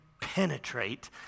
penetrate